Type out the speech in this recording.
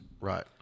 Right